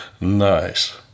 Nice